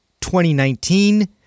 2019